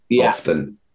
often